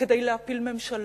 כדי להפיל ממשלה,